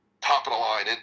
top-of-the-line